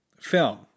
film